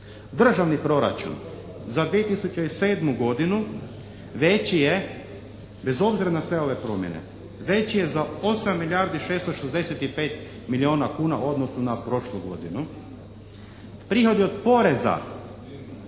Državni proračun za 2007. godinu veći je, bez obzira na sve ove promjene, veći je za 8 milijardi 665 milijona kuna u odnosu na prošlu godinu. Prihodi od poreza